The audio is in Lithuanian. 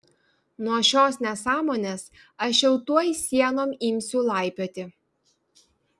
nuo šios nesąmonės aš jau tuoj sienom imsiu laipioti